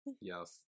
Yes